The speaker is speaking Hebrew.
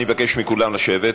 אני אבקש מכולם לשבת.